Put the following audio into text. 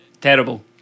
terrible